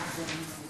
(מחיאות כפיים)